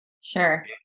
sure